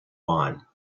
wine